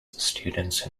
students